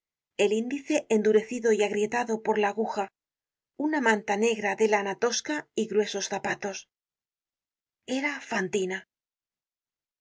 el índice endurecido y agrietado por la aguja una manta negra de lana tosca y gruesos zapatos era fantina